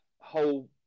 whole